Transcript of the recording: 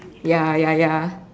ya ya ya